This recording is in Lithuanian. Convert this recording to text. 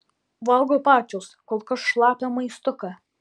valgo pačios kol kas šlapią maistuką